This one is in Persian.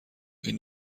این